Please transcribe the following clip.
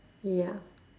ya